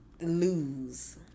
lose